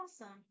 awesome